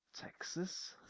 Texas